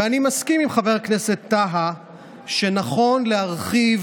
ואני מסכים עם חבר הכנסת טאהא שנכון להרחיב